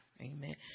Amen